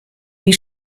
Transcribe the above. wie